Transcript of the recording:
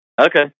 Okay